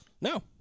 No